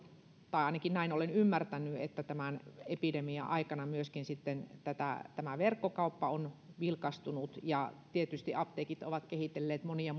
tai ainakin näin olen ymmärtänyt tämän epidemian aikana myöskin sitten verkkokauppa on vilkastunut ja tietysti apteekit ovat kehitelleet monia